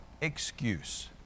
excuse